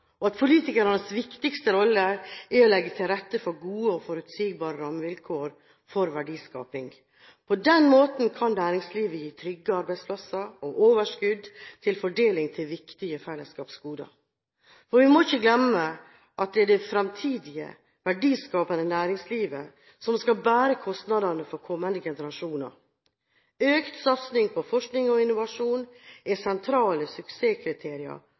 og at politikernes viktigste rolle er å legge til rette for gode og forutsigbare rammevilkår for verdiskaping. På den måten kan næringslivet gi trygge arbeidsplasser og overskudd til fordeling til viktige fellesskapsgoder. For vi må ikke glemme at det er det fremtidige, verdiskapende næringslivet som skal bære kostnadene for kommende generasjoner. Økt satsing på forskning og innovasjon er sentrale suksesskriterier